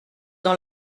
dans